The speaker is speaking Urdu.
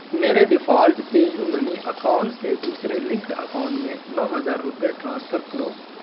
میرے default pay U money account سے دوسرے لنکڈ اکاؤنٹ میں نو ہزار روپے ٹرانسفر کرو